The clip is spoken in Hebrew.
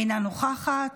אינה נוכחת,